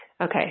okay